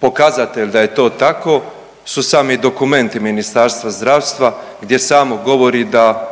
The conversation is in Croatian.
Pokazatelj da je to tako su sami dokumenti Ministarstva zdravstva gdje samo govori da